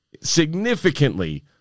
significantly